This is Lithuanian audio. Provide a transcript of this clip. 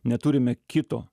neturime kito